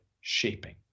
shaping